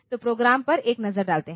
तो प्रोग्राम पर एक नजर डालते हैं